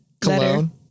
Cologne